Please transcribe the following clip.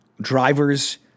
Drivers